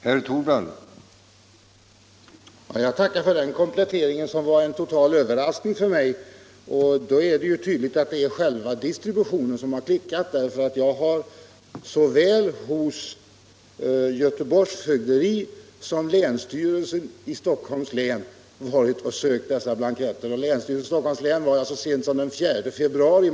Herr talman! Jag tackar för den kompletteringen, som var en total överraskning för mig. Det är tydligt att själva distributionen har klickat. Jag har sökt dessa blanketter hos såväl Göteborgs fögderi som länsstyrelsen i Stockholms län. På länsstyrelsen i Stockholms län var jag så sent som den 4 februari.